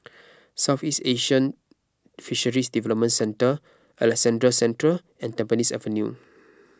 Southeast Asian Fisheries Development Centre Alexandra Central and Tampines Avenue